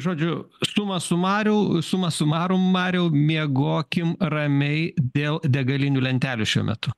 žodžiu suma su sumariau suma sumarum mariau miegokim ramiai dėl degalinių lentelių šiuo metu